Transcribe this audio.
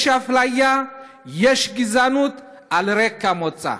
יש אפליה ויש גזענות על רקע מוצא.